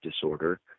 disorder